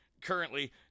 currently